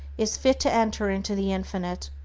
is fit to enter into the infinite.